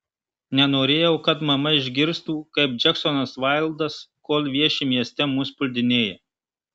nenorėjau kad mama išgirstų kaip džeksonas vaildas kol vieši mieste mus puldinėja